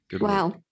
Wow